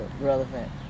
relevant